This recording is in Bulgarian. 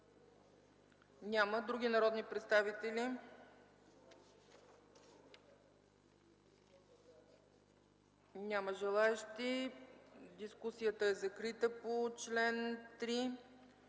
Няма. Други народни представители? Няма желаещи. Дискусията е закрита.